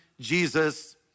Jesus